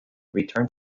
returned